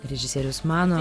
režisierius mano